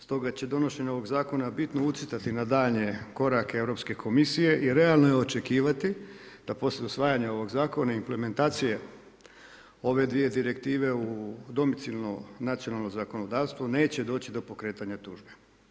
Stoga će donošenje ovog zakona bitno utjecati na daljnje korake Europske komisije i realno je očekivati, da poslije usvajanja ovog zakona i implementacije ove dvije direktive u domicilno nacionalno zakonodavstvo neće doći do pokretanja tužbe.